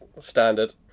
Standard